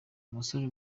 umusore